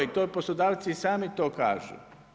I to poslodavci i sami to kažu.